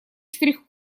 штрих